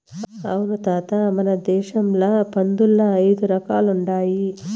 అవును తాత మన దేశంల పందుల్ల ఐదు రకాలుండాయి